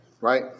Right